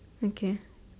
okay